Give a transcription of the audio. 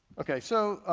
okay so,